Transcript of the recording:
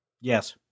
Yes